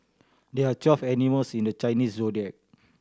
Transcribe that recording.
there are twelve animals in the Chinese Zodiac